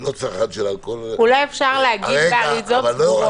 לא צרכן של אלכוהול --- אולי אפשר להגיד באריזות סגורות.